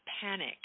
panic